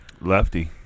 lefty